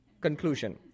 conclusion